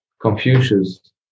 Confucius